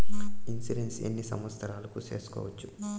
Insurance ఎన్ని సంవత్సరాలకు సేసుకోవచ్చు?